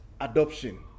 Adoption